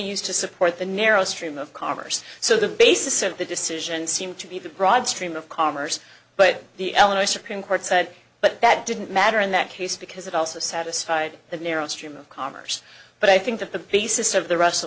used to support the narrow stream of commerce so the basis of the decision seemed to be the broad stream of commerce but the elena supreme court said but that didn't matter in that case because it also satisfied the narrow stream of commerce but i think the basis of the r